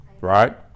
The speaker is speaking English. right